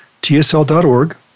tsl.org